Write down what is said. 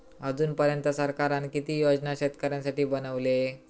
अजून पर्यंत सरकारान किती योजना शेतकऱ्यांसाठी बनवले?